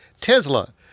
Tesla